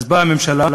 אז באה הממשלה,